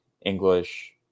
English